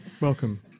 welcome